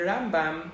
Rambam